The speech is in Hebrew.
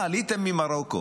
מה, עליתם ממרוקו,